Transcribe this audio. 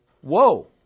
Whoa